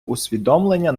усвідомлення